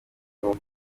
nko